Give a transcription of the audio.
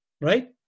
right